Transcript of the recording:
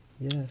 Yes